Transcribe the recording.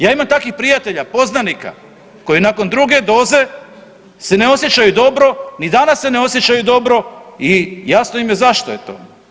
Ja imam takvih prijatelja i poznanika koji nakon druge doze se ne osjećaju dobro, ni danas se ne osjećaju dobro i jasno im je zašto je to.